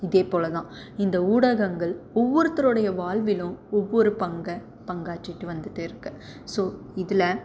இதே போல் தான் இந்த ஊடகங்கள் ஒவ்வொருத்தரோடைய வாழ்விலும் ஒவ்வொரு பங்கை பங்காற்றிகிட்டு வந்துட்டு இருக்குது ஸோ இதில்